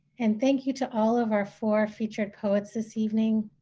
and thank you to all of our four featured poets this evening.